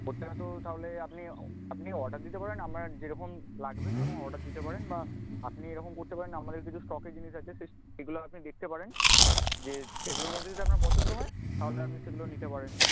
ওটা তো তাহলে আপনি আপনি অর্ডার দিতে পারেন আপনার যেরকম লাগবে সেরকম অর্ডার দিতে পারেন বা আপনি এরকম করতে পারেন আমাদের কিছু স্টকে জিনিস আছে সেগুলো আপনি দেখতে পারেন যে সেগুলোর মধ্যে যদি আপনার পছন্দ হয় তাহলে আপনি সেগুলো নিতে পারেন